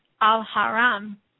al-Haram